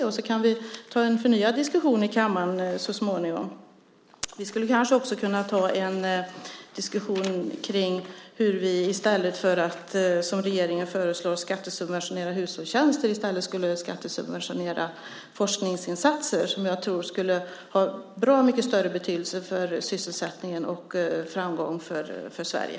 Sedan kan vi ta en förnyad diskussion i kammaren så småningom. Vi skulle kanske också kunna ta en diskussion om hur vi i stället för att skattesubventionera hushållstjänster, som regeringen förslår, skulle kunna skattesubventionera forskningsinsatser. Det tror jag skulle ha en bra mycket större betydelse för sysselsättningen och för framgång för Sverige.